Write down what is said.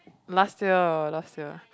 last year last year